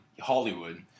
Hollywood